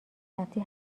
رفتی